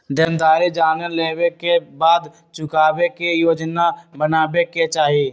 देनदारी जाने लेवे के बाद चुकावे के योजना बनावे के चाहि